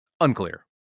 Unclear